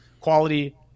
quality